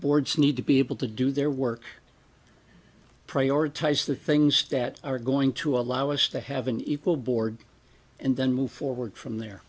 boards need to be able to do their work prioritize the things that are going to allow us to have an equal board and then move forward from